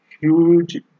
huge